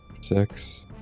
six